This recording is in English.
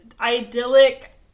idyllic